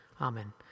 Amen